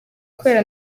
kubera